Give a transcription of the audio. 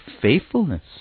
faithfulness